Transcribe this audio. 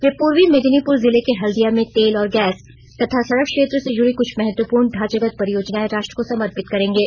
वे पूर्वी मेदिनीपुर जिले के हल्दिया में तेल और गैस तथा सड़क क्षेत्र से जुड़ी कुछ महत्वपूर्ण ढांचागत परियोजनाए राष्ट्र को समर्पित करेंगे